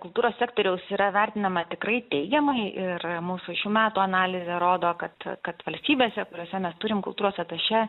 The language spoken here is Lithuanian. kultūros sektoriaus yra vertinama tikrai teigiamai ir mūsų šių metų analizė rodo kad kad valstybėse kuriose mes turim kultūros atašė